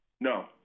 No